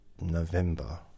November